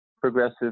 progressive